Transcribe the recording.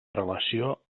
relació